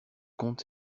comte